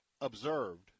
observed